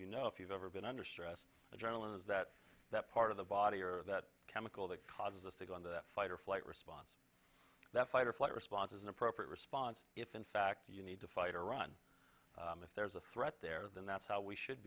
you know if you've ever been under stress adrenaline is that that part of the body or that chemical that causes us to go into that fight or flight response that fight or flight response is an appropriate response if in fact you need to fight or run if there is a threat there then that's how we should